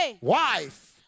wife